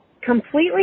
completely